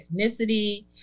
ethnicity